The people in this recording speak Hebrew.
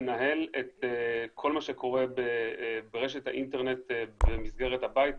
לנהל את כל מה שקורה ברשת האינטרנט במסגרת הבית,